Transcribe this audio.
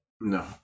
No